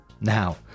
Now